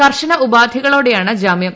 കർശന ഉപാധികളോടെയാണ് ജാമ്യം